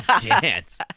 Dance